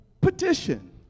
Petition